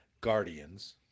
Guardians